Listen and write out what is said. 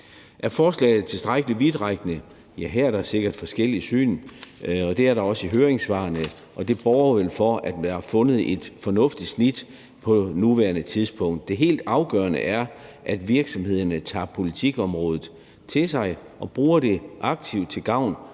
Er forslaget tilstrækkelig vidtrækkende? Her er der sikkert forskellige syn, og det er der også i høringssvarene, og det borger vel for, at der er fundet et fornuftigt snit på nuværende tidspunkt. Det helt afgørende er, at virksomhederne tager politikområdet til sig og bruger det aktivt til gavn